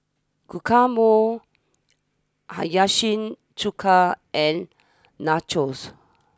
Guacamole Hiyashi Chuka and Nachos